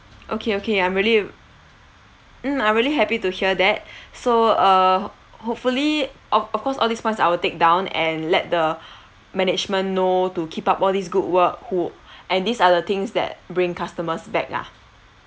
okay okay I'm really mm I'm really happy to hear that so uh hopefully of of course all these points I will take down and let the management know to keep up all these good work who and these are the things that bring customers back lah